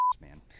man